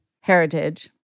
heritage